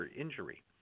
injury